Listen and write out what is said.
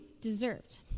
deserved